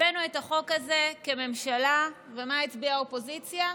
הבאנו את החוק הזה כממשלה, ומה הצביעה האופוזיציה?